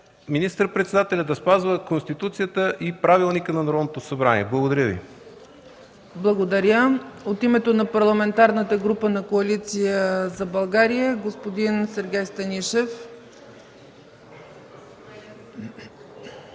министър-председателя да спазва Конституцията и Правилника на Народното събрание. Благодаря Ви. ПРЕДСЕДАТЕЛ ЦЕЦКА ЦАЧЕВА: От името на Парламентарната група на Коалиция за България – господин Сергей Станишев.